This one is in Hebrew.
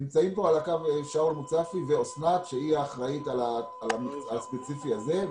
נמצאים ב-זום שאול מוצפי ואסנת שהיא האחראית על הנושא הספציפי הזה.